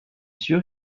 sûr